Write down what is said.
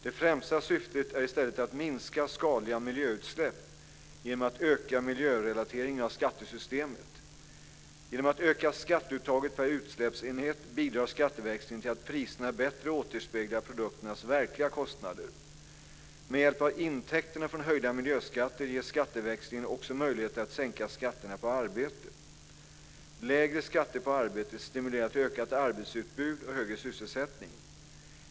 Det främsta syftet är i stället att minska skadliga miljöutsläpp genom att öka miljörelateringen av skattesystemet. Genom att öka skatteuttaget per utsläppsenhet bidrar skatteväxlingen till att priserna bättre återspeglar produkternas verkliga kostnader. Med hjälp av intäkterna från höjda miljöskatter ger skatteväxlingen också möjligheter att sänka skatterna på arbete. Lägre skatter på arbete stimulerar till ökat arbetsutbud och högre sysselsättning.